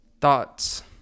thoughts